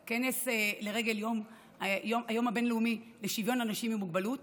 לרגל היום הבין-לאומי לשוויון אנשים עם מוגבלות.